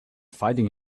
fighting